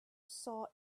saw